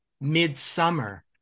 midsummer